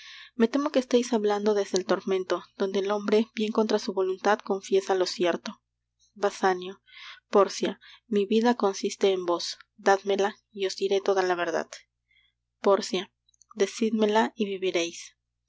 me temo que esteis hablando desde el tormento donde el hombre bien contra su voluntad confiesa lo cierto basanio pórcia mi vida consiste en vos dádmela y os diré toda la verdad pórcia decídmela y vivireis